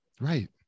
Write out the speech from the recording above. Right